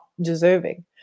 deserving